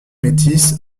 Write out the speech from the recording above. métis